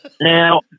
Now